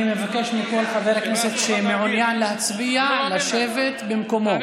אני מבקש מכל חבר כנסת שמעוניין להצביע לשבת במקומו.